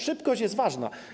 Szybkość jest ważna.